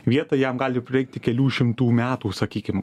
vietą jam gali prireikti kelių šimtų metų sakykim